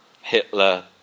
Hitler